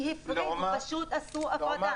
כי הפרידו, פשוט עשו הפרדה.